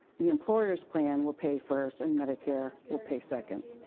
the employer's plan will pay first and medicare will pay second.